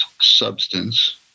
substance